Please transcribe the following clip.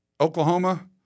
Oklahoma